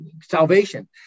salvation